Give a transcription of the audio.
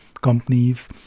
companies